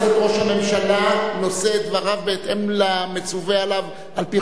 ראש הממשלה נושא את דבריו בהתאם למצווה עליו על-פי חוק,